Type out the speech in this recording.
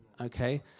okay